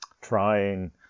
trying